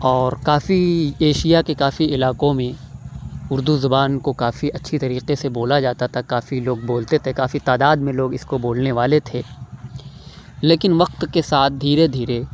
اور کافی ایشیا کے کافی علاقوں میں اردو زبان کو کافی اچھی طریقے سے بولا جاتا تھا کافی لوگ بولتے تھے کافی تعداد میں لوگ اس کو بولنے والے تھے لیکن وقت کے ساتھ دھیرے دھیرے